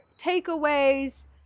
takeaways